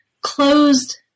closed